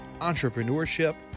entrepreneurship